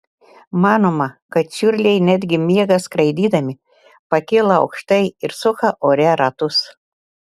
manoma kad čiurliai netgi miega skraidydami pakyla aukštai ir suka ore ratus